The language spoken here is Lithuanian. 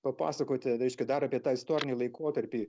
papasakoti reiškia dar apie tą istorinį laikotarpį